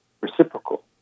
reciprocal